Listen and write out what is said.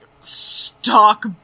stock